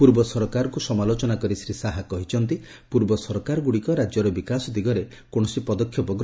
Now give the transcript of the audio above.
ପୂର୍ବ ସରକାରକୁ ସମାଲୋଚନା କରି ଶ୍ରୀ ଶାହା କହିଛନ୍ତି ପୂର୍ବ ସରକାରଗୁଡ଼ିକ ରାଜ୍ୟର ବିକାଶ ଦିଗରେ କୌଣସି ପଦକ୍ଷେପ ଗ୍ରହଣ କରି ନ ଥିଲେ